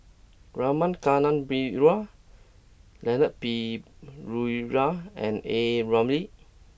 Rama Kannabiran Leon Perera and A Ramli